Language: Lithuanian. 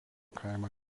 kaimą